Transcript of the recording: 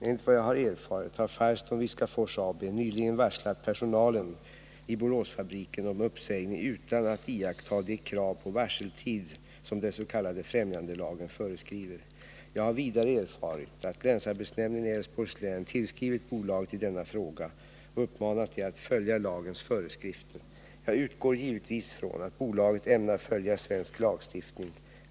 Enligt vad jag har erfarit har Firestone-Viskafors AB nyligen varslat personalen i Boråsfabriken om uppsägning utan att iakttaga de krav på varseltid som den s.k. främjandelagen föreskriver. Jag utgår givetvis från att bolaget ämnar följa svensk lagstiftning.